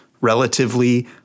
relatively